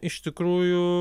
iš tikrųjų